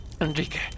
Enrique